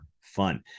fun